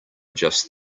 just